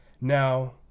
Now